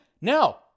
No